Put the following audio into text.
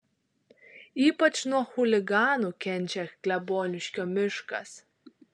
ypač nuo chuliganų kenčia kleboniškio miškas